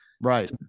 right